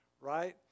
right